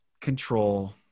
control